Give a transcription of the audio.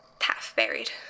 half-buried